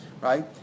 Right